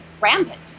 rampant